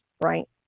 right